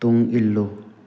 ꯇꯨꯡ ꯏꯜꯂꯨ